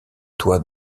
toit